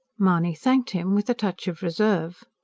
mahony thanked him with a touch of reserve.